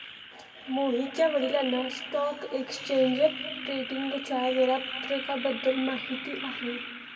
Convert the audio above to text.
मोहितच्या वडिलांना stock exchange ट्रेडिंगच्या वेळापत्रकाबद्दल माहिती आहे